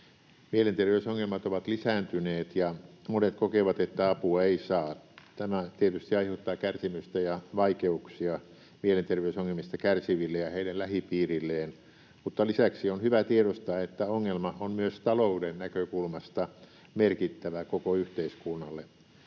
Mielenterveysongelmat ovat lisääntyneet, ja monet kokevat, että apua ei saa. Tämä tietysti aiheuttaa kärsimystä ja vaikeuksia mielenterveysongelmista kärsiville ja heidän lähipiirilleen, mutta lisäksi on hyvä tiedostaa, että ongelma on myös talouden näkökulmasta merkittävä koko yhteiskunnalle.